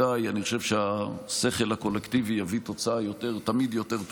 אני חושב שהשכל הקולקטיבי יביא תמיד תוצאה יותר טובה,